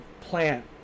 plant